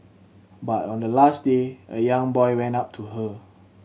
but on the last day a young boy went up to her